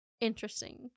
Interesting